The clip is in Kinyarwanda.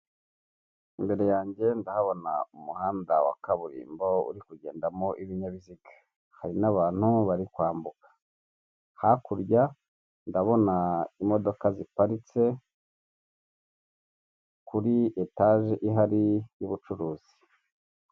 Imbere yanjye ndahabona umuhanda wa kaburimbo uri kugendamo ibinyabiziga hari n'abantu bari kwambuka hakurya ndabona imodoka ziparitse kuri etage ihari y'ubucuruzi.